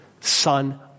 Son